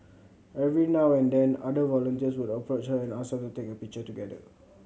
every now and then other volunteers would approach her and ask to take a picture together